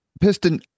Piston